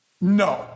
No